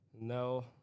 no